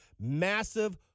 Massive